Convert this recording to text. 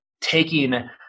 taking